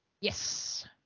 Yes